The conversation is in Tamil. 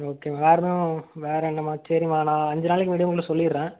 ஓகேம்மா வேறு என்ன வேறு என்னம்மா சரிம்மா நான் அஞ்சு நாளைக்கு முன்னாடியே உங்களுக்கு சொல்லிடுறேன்